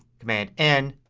command n.